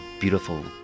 beautiful